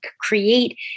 create